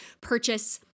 purchase